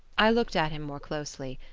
i looked at him more closely.